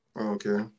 Okay